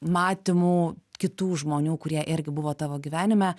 matymu kitų žmonių kurie irgi buvo tavo gyvenime